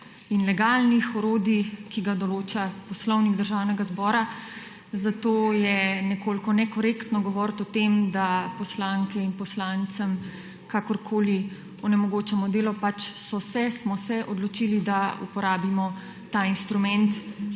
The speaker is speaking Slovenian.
in legalnih orodij, ki ga določa Poslovnik Državnega zbora, zato je nekoliko nekorektno govoriti o tem, da poslanke in poslancem kakorkoli onemogočamo delo. Pač so se, smo se odločili, da uporabimo ta instrument